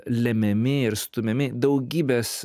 lemiami ir stumiami daugybės